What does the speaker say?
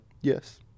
Yes